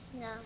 No